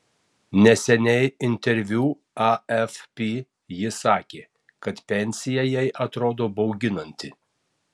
neseniai interviu afp ji sakė kad pensija jai atrodo bauginanti